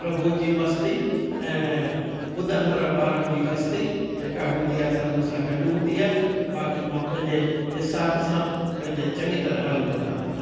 प्रभुअ जी मस्ती ऐं ॿुधदड़नि वारनि जी हस्ती जेका हूंदी आहे सा मुसां गॾ हूंदी आहे बाक़ी मां पंहिंजे हिसाब सां पंहिंजे चङी तरह हलंदो रहंदो आहियां